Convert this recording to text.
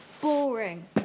Boring